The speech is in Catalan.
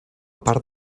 part